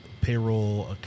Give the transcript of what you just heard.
payroll